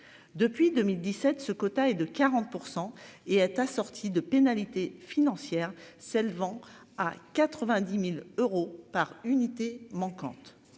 Depuis 2017, ce quota est de 40% et être assorti de pénalités financières s'élevant à 90.000 euros par unité manquante